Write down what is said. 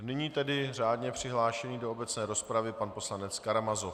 Nyní tedy řádně přihlášený do obecné rozpravy pan poslanec Karamazov.